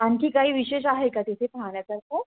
आणखी काही विशेष आहे का तिथे पाहण्यासारखं